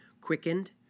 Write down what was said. quickened